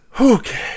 Okay